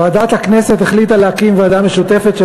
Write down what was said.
ועדת הכנסת החליטה להקים ועדה משותפת של